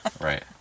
Right